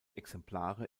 exemplare